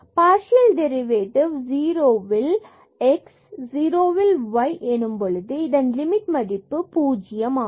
partial derivative 0 வில் x 0 வில் y எனும் போது இதன் லிமிட் மதிப்பு பூஜ்யம் dz 0 ஆகும்